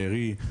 בארי,